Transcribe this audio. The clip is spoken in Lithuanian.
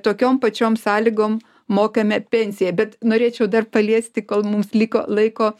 tokiom pačiom sąlygom mokame pensiją bet norėčiau dar paliesti kol mums liko laiko